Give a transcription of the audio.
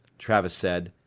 travis said.